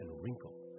wrinkle